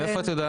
מאיפה את יודעת?